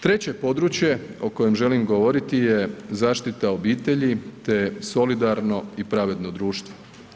Treće područje o kojem želim govoriti je zaštita obitelji, te solidarno i pravedno društvo.